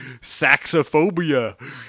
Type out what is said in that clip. Saxophobia